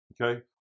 okay